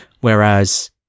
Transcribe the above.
Whereas